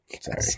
Sorry